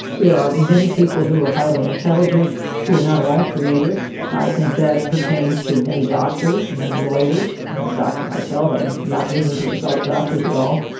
there are many people who are highly intelligent who are not at all creative. i think that pertains to many doctors, many lawyers i'm a doctor myself. i'm not meaning to insult doctors at all.